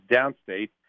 Downstate